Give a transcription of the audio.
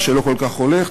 מה שלא כל כך הולך,